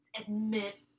admit